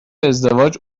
ازدواج